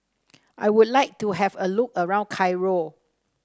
I would like to have a look around Cairo